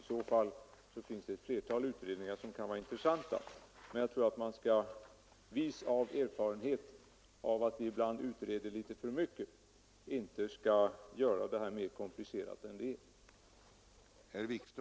I så fall finns det ett flertal utredningar som kan vara av intresse. Men jag tror inte att vi — visa av erfarenheten att vi ibland utreder litet för mycket — skall göra det här mera komplicerat än det är.